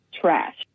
trash